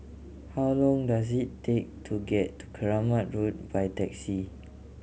how long does it take to get to Keramat Road by taxi